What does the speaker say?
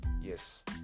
Yes